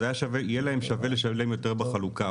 אז יהיה להם שווה לשלם יותר בחלוקה,